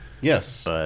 Yes